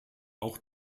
auch